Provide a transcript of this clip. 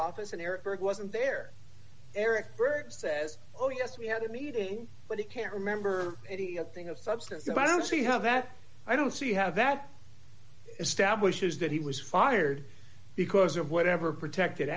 office and their work wasn't there eric burke says oh yes we had a meeting but he can't remember any other thing of substance and i don't see how that i don't see how that establishes that he was fired because of whatever protected